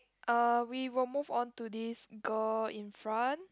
uh we will move on to this girl in front